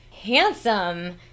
handsome